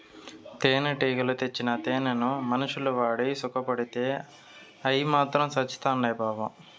తేనెటీగలు తెచ్చిన తేనెను మనుషులు వాడి సుకపడితే అయ్యి మాత్రం సత్చాండాయి పాపం